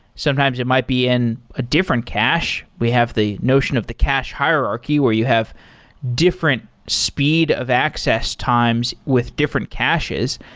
sometimes it might be in a different cache. we have the notion of the cache hierarchy, where you have different speed of access times with different caches.